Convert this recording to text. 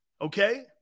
Okay